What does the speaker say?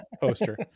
poster